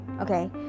Okay